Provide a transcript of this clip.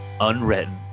unwritten